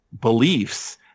beliefs